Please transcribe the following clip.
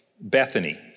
Bethany